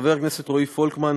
חבר הכנסת רועי פולקמן,